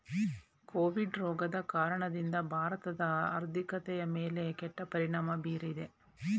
Covid ರೋಗದ ಕಾರಣದಿಂದ ಭಾರತದ ಆರ್ಥಿಕತೆಯ ಮೇಲೆ ಕೆಟ್ಟ ಪರಿಣಾಮ ಬೀರಿದೆ